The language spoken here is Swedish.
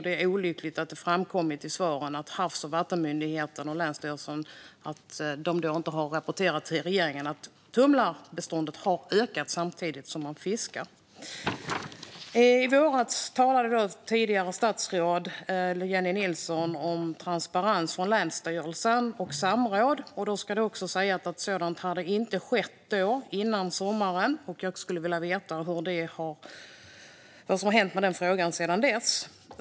Det är olyckligt att det framkommit att det i svaren från Havs och vattenmyndigheten och länsstyrelsen inte har rapporterats till regeringen att tumlarbeståndet har ökat samtidigt som man fiskar. I våras talade tidigare statsrådet Jennie Nilsson om transparens från länsstyrelsen och samråd. Det ska sägas att något sådant inte hade skett då, innan sommaren. Jag skulle vilja veta vad som har hänt med den frågan sedan dess.